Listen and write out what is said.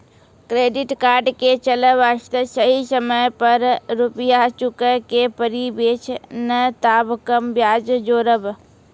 Credit card के चले वास्ते सही समय पर रुपिया चुके के पड़ी बेंच ने ताब कम ब्याज जोरब?